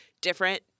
different